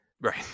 Right